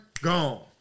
gone